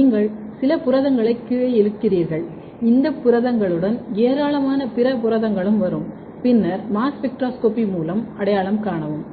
நீங்கள் சில புரதங்களை கீழே இழுக்கிறீர்கள் அந்த புரதங்களுடன் ஏராளமான பிற புரதங்களும் வரும் பின்னர் மாஸ் ஸ்பெக்ட்ரோஸ்கோபி மூலம் அடையாளம் காணவும்